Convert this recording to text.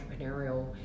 entrepreneurial